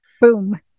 boom